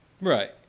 Right